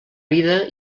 vida